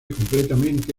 completamente